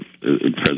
President